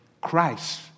Christ